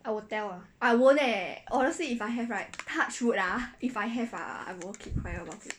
I will tell ah